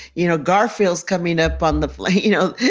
you know, garfield's coming up on the like you know,